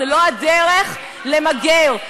זה לא הדרך למגר,